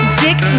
dick